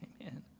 Amen